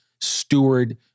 steward